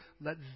let